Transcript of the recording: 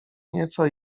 nieco